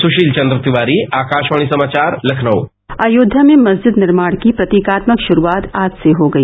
सुशील चंद्र तिवारी आकाशवाणी समाचार लखनऊ अयोध्या में मस्जिद निर्माण की प्रतीकात्मक शुरूआत आज से हो गई